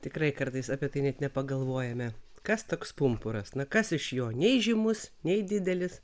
tikrai kartais apie tai net nepagalvojame kas toks pumpuras na kas iš jo nei žymus nei didelis